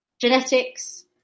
genetics